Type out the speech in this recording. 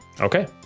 Okay